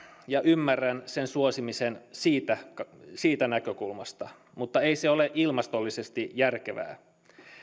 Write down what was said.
ja ymmärrän sen suosimisen siitä siitä näkökulmasta mutta ei se ole ilmastollisesti järkevää